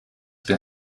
been